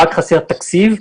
רק חסר התקציב.